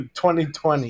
2020